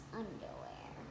underwear